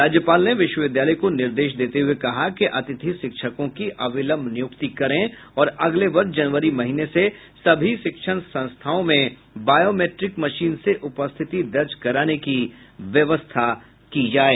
राज्यपाल ने विश्वविद्यालय को निर्देश देते हुये कहा कि अतिथि शिक्षकों की अविलंब नियुक्ति करें और अगले वर्ष जनवरी महीने से सभी शिक्षण संस्थाओं में बायोमेट्रिक मशीन से उपस्थिति दर्ज कराने की व्यवस्था करें